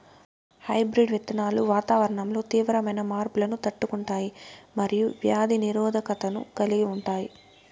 hybrid విత్తనాలు వాతావరణంలో తీవ్రమైన మార్పులను తట్టుకుంటాయి మరియు వ్యాధి నిరోధకతను కలిగి ఉంటాయి